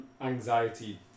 anxiety